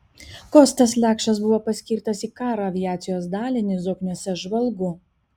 kostas lekšas buvo paskirtas į karo aviacijos dalinį zokniuose žvalgu